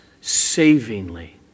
savingly